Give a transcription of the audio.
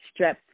strep